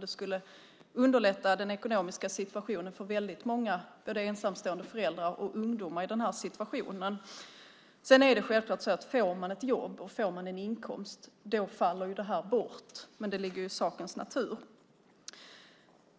Det skulle underlätta den ekonomiska situationen för väldigt många, både ensamstående föräldrar och ungdomar i den här situationen. Sedan är det självklart så att det här faller bort om man får ett jobb och en inkomst. Det ligger i sakens natur.